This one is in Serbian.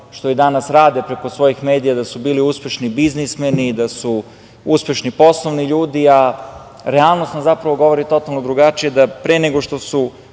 što i danas rade preko svojih medija da su bili uspešni biznismeni, da su uspešni poslovni ljudi, a realnost nam govori totalno drugačije, da pre nego što su